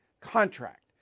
contract